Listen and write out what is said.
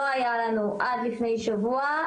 לא היה לנו עד לפני שבוע,